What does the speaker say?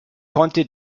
konnte